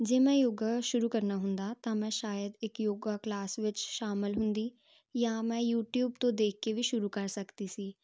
ਜੇ ਮੈਂ ਯੋਗ ਸ਼ੁਰੂ ਕਰਨਾ ਹੁੰਦਾ ਤਾਂ ਮੈਂ ਸ਼ਾਇਦ ਇੱਕ ਯੋਗਾ ਕਲਾਸ ਵਿੱਚ ਸ਼ਾਮਿਲ ਹੁੰਦੀ ਜਾਂ ਮੈਂ ਯੂਟਿਊਬ ਤੋਂ ਦੇਖ ਕੇ ਵੀ ਸ਼ੁਰੂ ਕਰ ਸਕਦੀ ਸੀ